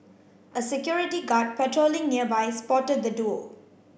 a security guard patrolling nearby spotted the duo